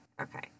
okay